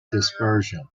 dispersion